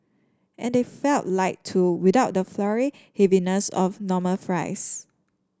and they felt light too without the floury heaviness of normal fries